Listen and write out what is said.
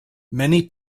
many